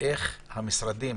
לגבי המשרדים